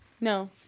No